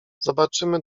zobaczymy